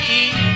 eat